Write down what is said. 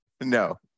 no